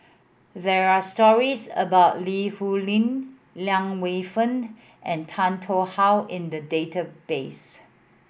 there are stories about Li Rulin Liang Wenfu and Tan Tarn How in the database